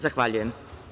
Zahvaljujem.